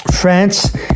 France